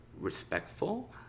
respectful